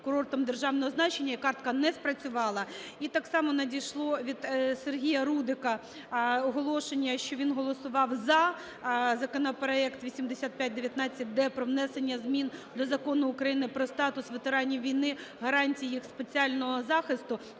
курортом державного значення, і картка не спрацювала. І так само надійшло від Сергія Рудика оголошення, що він голосував за законопроект 8519-д про внесення змін до Закону України "Про статус ветеранів війни, гарантії їх соціального захисту",